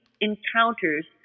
encounters